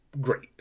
great